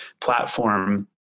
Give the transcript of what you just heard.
platform